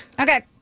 okay